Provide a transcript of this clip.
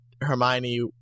Hermione